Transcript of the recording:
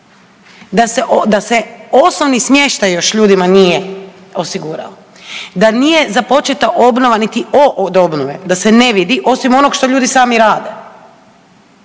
da se osnovni smještaj još nije ljudima osigurao, da nije započeta obnova niti o od obnove, da se ne vidi, osim onoga što ljudi sami rade